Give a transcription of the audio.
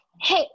hey